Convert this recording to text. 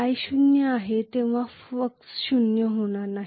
i शून्य आहे तेव्हा फ्लक्स शून्य होणार नाही